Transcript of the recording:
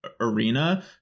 arena